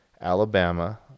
Alabama